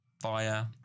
fire